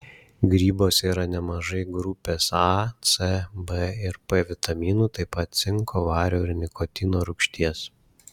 grybuose yra nemažai grupės a c b ir p vitaminų taip pat cinko vario ir nikotino rūgšties